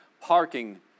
parking